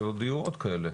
ויהיו עוד כאלה.